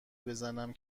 بزنم